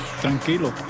Tranquilo